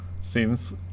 seems